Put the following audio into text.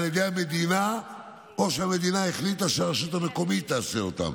ידי המדינה או שהמדינה החליטה שהרשות המקומית תעשה אותן.